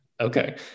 Okay